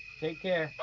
take care.